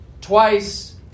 twice